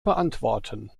beantworten